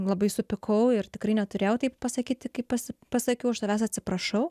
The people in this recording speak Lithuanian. labai supykau ir tikrai neturėjau taip pasakyti kaip pas pasakiau aš tavęs atsiprašau